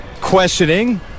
questioning